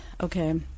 okay